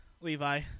Levi